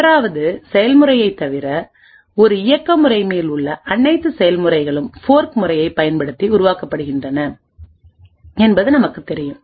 ஒன்றாவது செயல்முறையைத் தவிர ஒரு இயக்க முறைமையில் உள்ள அனைத்து செயல்முறைகளும் ஃபோர்க் முறையைப் பயன்படுத்தி உருவாக்கப்படுகின்றன என்பது நமக்குத் தெரியும்